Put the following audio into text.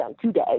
today